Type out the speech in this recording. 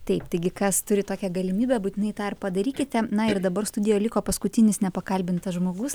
taip taigi kas turi tokią galimybę būtinai tą ir padarykite na ir dabar studijoje liko paskutinis nepakalbintas žmogus